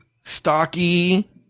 stocky